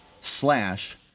slash